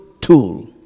tool